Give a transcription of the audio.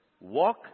Walk